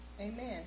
Amen